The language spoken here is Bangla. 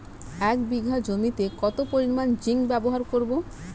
এক বিঘা জমিতে কত পরিমান জিংক ব্যবহার করব?